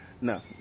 No